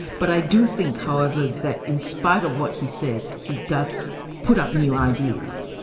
but i do think however that in spite of what he says, he does put up new ideas.